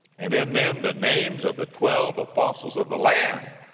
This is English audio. and in them the names of the twelve apostles of the lamb.